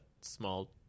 small